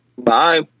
Bye